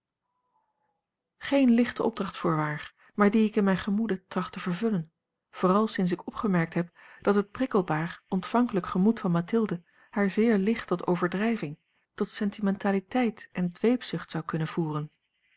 geen lichte opdracht voorwaar maar die ik in gemoede tracht te vervullen vooral sinds ik opgemerkt heb dat het prikkelbaar ontvankelijk gemoed van mathilde haar zeer licht tot overdrijving tot sentimentaliteit en dweepzucht zou kunnen voeren